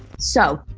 so,